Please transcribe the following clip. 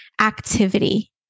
activity